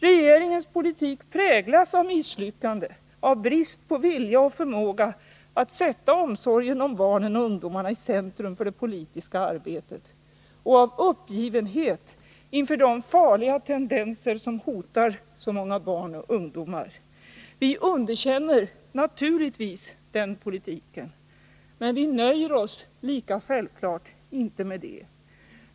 Regeringens politik präglas av misslyckande, av brist på vilja och förmåga att sätta omsorgen om barnen och ungdomarna i centrum för det politiska arbetet och av uppgivenhet inför de farliga tendenser som hotar så många barn och ungdomar. Vi underkänner naturligtvis den politiken. Men vi nöjer oss lika självklart inte med det.